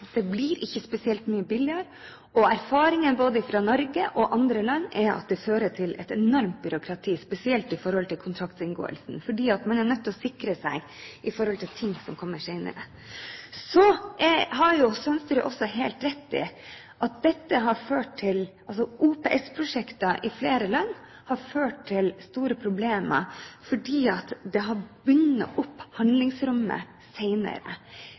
det blir ikke spesielt mye billigere, og erfaringen fra både Norge og andre land er at det fører til et enormt byråkrati, spesielt når det gjelder kontraktinngåelsen, fordi man er nødt til å sikre seg mot ting som kommer senere. Så har Sønsterud også helt rett i at OPS-prosjekter i flere land har ført til store problemer fordi det har bundet opp handlingsrommet